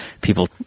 people